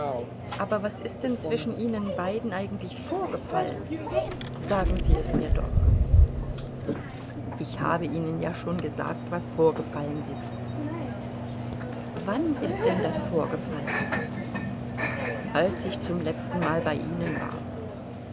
aber was ist denn zwischen ihnen beiden eigentlich vorgefallen sagen sie es mir doch ich habe ihnen ja schon gesagt was vorgefallen ist wann ist denn das vorgefallen als ich zum letztenmal bei ihnen war